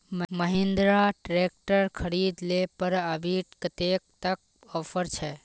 Mahindra tractor खरीद ले पर अभी कतेक तक ऑफर छे?